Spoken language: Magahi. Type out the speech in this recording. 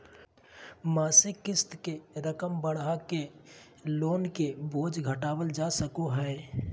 मासिक क़िस्त के रकम बढ़ाके लोन के बोझ घटावल जा सको हय